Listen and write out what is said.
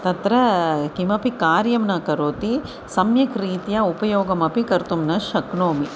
तत्र किमपि कार्यं न करोति सम्यक्रीत्या उपयोगमपि कर्तुं न शक्नोमि